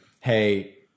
hey